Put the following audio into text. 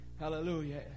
Hallelujah